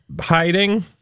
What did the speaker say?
hiding